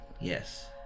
yes